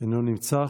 אינו נמצא.